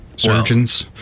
Surgeons